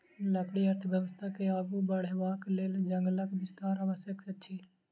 लकड़ी अर्थव्यवस्था के आगू बढ़यबाक लेल जंगलक विस्तार आवश्यक अछि